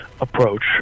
Approach